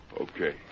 Okay